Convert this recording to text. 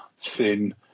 thin